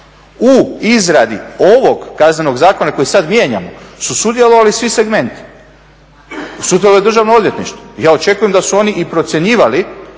u izradi ovog Kaznenog zakona kojeg sada mijenjamo su sudjelovali svi segmenti, sudjelovalo je državno odvjetništvo. Ja očekujem da su oni i procjenjivali